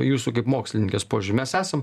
jūsų kaip mokslininkės požiūriu mes esam